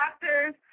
doctors